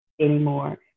anymore